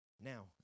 now